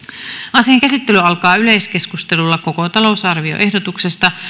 asian käsittely alkaa yleiskeskustelulla koko talousarvioehdotuksesta